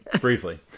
Briefly